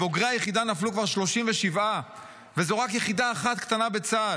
מבוגרי היחידה נפלו כבר 37. וזו רק יחידה אחת קטנה בצה"ל.